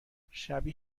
شبیه